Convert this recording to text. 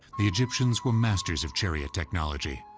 the egyptians were masters of chariot technology.